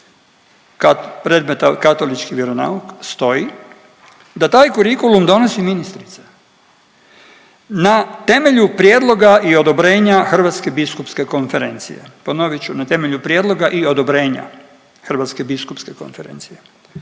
kad predmeta Katolički vjeronauk stoji da taj kurikulum donosi ministrica na temelju prijedloga i odobrenja Hrvatske biskupske konferencije, ponovit ću, na temelju prijedloga i odobrenja HBK-a. Pritom se u tekstu